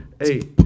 eight